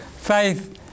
faith